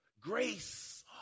Grace